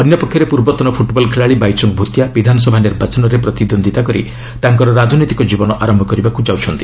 ଅନ୍ୟପକ୍ଷରେ ପୂର୍ବତନ ଫୁଟବଲ ଖେଳାଳି ବାଇଚୁଙ୍ଗ ଭୂତିଆ ବିଧାନସଭା ନିର୍ବାଚନରେ ପ୍ରତିଦ୍ୱନ୍ଦିତା କରି ତାଙ୍କର ରାଜନୈତିକ ଜୀବନ ଆରମ୍ଭ କରିବାକୁ ଯାଉଛନ୍ତି